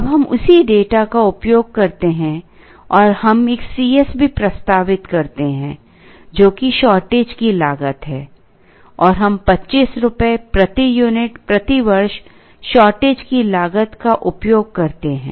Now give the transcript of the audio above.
अब हम उसी डेटा का उपयोग करते हैं और हम एक C s भी प्रस्तावित करते हैं जो कि शॉर्टेज की लागत है और हम 25 रुपये प्रति यूनिट प्रति वर्ष शॉर्टेज की लागत का उपयोग करते हैं